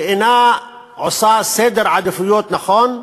שאינה עושה סדר עדיפויות נכון,